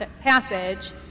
passage